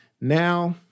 Now